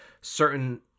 certain –